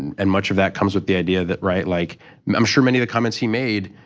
and much of that comes with the idea that right. like i'm sure many of the comments he made,